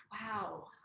Wow